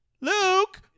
Luke